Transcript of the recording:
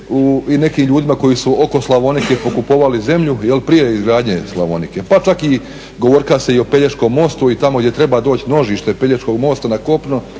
i nekim ljudima koji su oko Slavonike pokupovali zemlju, jel prije izgradnje Slavonike pa čak i govorka se i o Pelješkom mostu i tamo gdje treba doći nožište Pelješkog mosta na kopno,